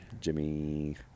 jimmy